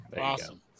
Awesome